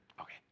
Okay